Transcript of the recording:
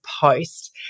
post